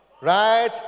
right